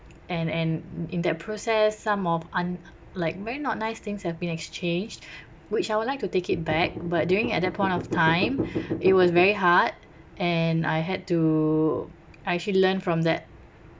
and and in that process some of un~ like very not nice things have been exchanged which I would like to take it back but during at that point of time it was very hard and I had to I actually learned from that